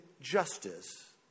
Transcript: justice